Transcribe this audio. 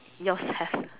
yours have